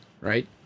right